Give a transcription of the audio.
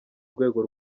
rwego